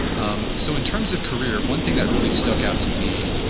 um so, in terms of career, one thing that really stuck out to me,